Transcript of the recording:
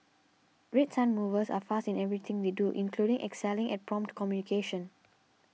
Red Sun Movers are fast in everything they do including excelling at prompt communication